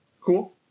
Cool